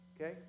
okay